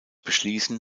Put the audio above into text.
beschließen